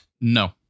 No